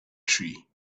tree